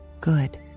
good